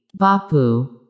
Bapu